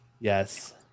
Yes